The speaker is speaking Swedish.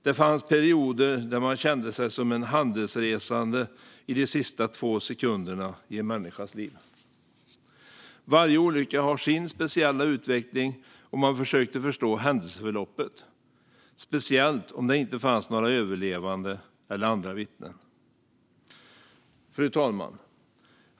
Det fanns perioder då man kände sig som en handelsresande i de sista två sekunderna i en människas liv. Varje olycka har sin speciella utveckling. Man försökte att förstå händelseförloppet, speciellt om det inte fanns några överlevande eller andra vittnen. Fru talman!